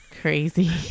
Crazy